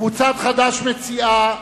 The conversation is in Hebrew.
קבוצת חד"ש מציעה